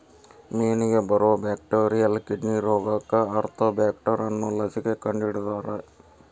ಮೇನಿಗೆ ಬರು bacterial kidney ರೋಗಕ್ಕ ಆರ್ತೋಬ್ಯಾಕ್ಟರ್ ಅನ್ನು ಲಸಿಕೆ ಕಂಡಹಿಡದಾರ